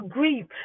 grief